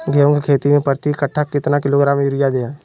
गेंहू की खेती में प्रति कट्ठा कितना किलोग्राम युरिया दे?